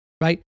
right